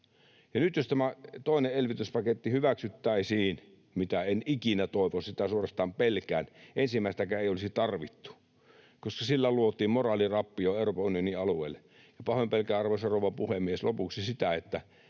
Ja nyt jos tämä toinen elvytyspaketti hyväksyttäisiin — mitä en ikinä toivo, sitä suorastaan pelkään, ensimmäistäkään ei olisi tarvittu, koska sillä luotiin moraalirappio Euroopan unionin alueelle. Pahoin pelkään, arvoisa rouva puhemies, lopuksi sitä, että